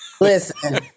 Listen